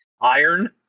iron